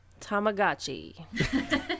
Tamagotchi